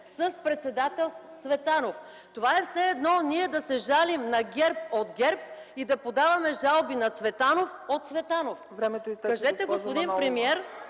с председател Цветанов. Това е все едно ние да се жалим на ГЕРБ от ГЕРБ и да подаваме жалби на Цветанов от Цветанов.